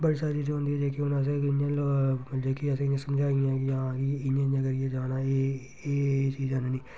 सारी होंदियां हून असेंगी मतलब जेह्के असें गी समझा दे कि हां कि इ'यां इ'यां करियै जाना एह् चीज़ आह्ननी